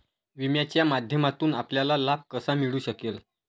विम्याच्या माध्यमातून आपल्याला लाभ कसा मिळू शकेल?